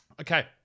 Okay